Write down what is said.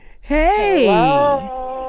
Hey